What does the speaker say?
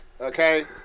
okay